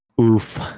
Oof